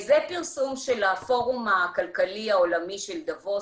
זה פרסום של הפורום הכלכלי העולמי של דבוס